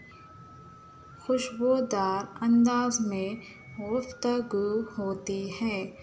خوشبودار انداز میں گفتگو ہوتی ہے